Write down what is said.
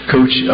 Coach